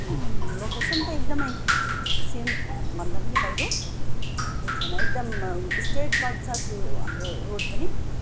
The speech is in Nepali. अनि लोकेसन त एकदमै सेम भन्दा पनि भइगयो केही छैन एकदम स्ट्रेट कट छ त्यो हाम्रो रोड पनि